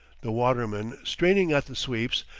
the watermen straining at the sweeps,